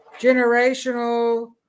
generational